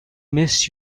missed